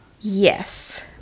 Yes